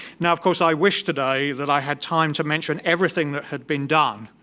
now of course i wish today that i had time to mention everything that had been done.